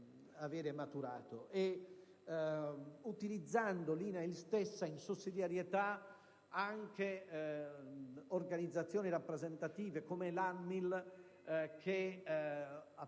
- utilizzando l'INAIL stessa, in sussidiarietà, anche organizzazioni rappresentative, come l'Associazione